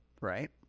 Right